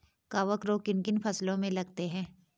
कवक रोग किन किन फसलों में लगते हैं?